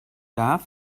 darf